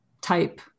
type